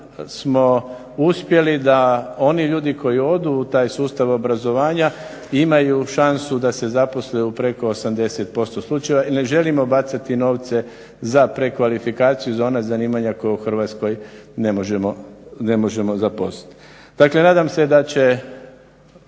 smo uspjeli da oni ljudi koji odu u taj sustav obrazovanja imaju šansu da se zaposle u preko 80% slučajeva i ne želimo bacati novce za prekvalifikaciju za ona zanimanja koja u Hrvatskoj ne možemo zaposliti. Dakle, nadam se da ćemo